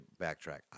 backtrack